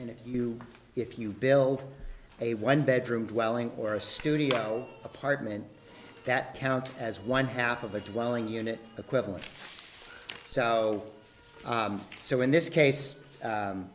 and if you if you build a one bedroom dwelling or a studio apartment that counts as one half of a dwelling unit equivalent so so in this case